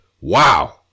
wow